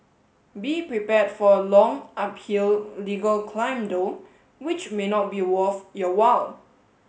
be prepared for a long uphill legal climb though which may not be worth your while